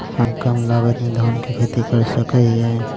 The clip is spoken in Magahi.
हम कम लागत में धान के खेती कर सकहिय?